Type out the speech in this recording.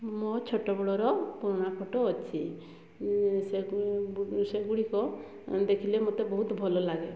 ମୋ ଛୋଟବେଳର ପୁରୁଣା ଫଟୋ ଅଛି ସେ ସେଗୁଡ଼ିକ ଦେଖିଲେ ମୋତେ ବହୁତ ଭଲଲାଗେ